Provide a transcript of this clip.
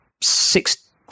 six